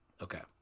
Okay